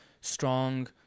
strong